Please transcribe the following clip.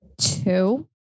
Two